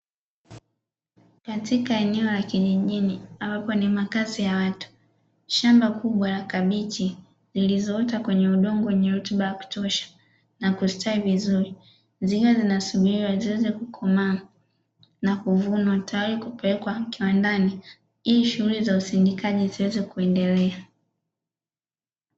Katika eneo la kijijini ambapo ni makazi ya watu, shamba kubwa la kabichi zilizoota kwenye udongo wenye rutuba ya kutosha na kustawi vizuri, zikiwa zinasubiriwa ziweze kukomaa na kuvunwa tayari kupelekwa kiwandani ili shughuli za usindikaji ziweze kuendelea.